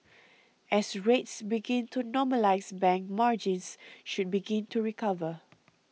as rates begin to normalise bank margins should begin to recover